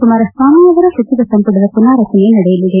ಕುಮಾರಸ್ವಾಮಿ ಅವರ ಸಚಿವ ಸಂಪುಟದ ಪುನಾರಚನೆ ನಡೆಯಲಿದೆ